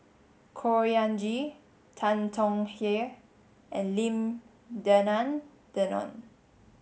Khor Ean Ghee Tan Tong Hye and Lim Denan Denon